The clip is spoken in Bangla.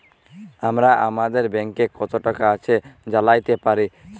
আমরা আমাদের ব্যাংকে কত টাকা আছে জাইলতে পারি